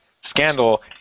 scandal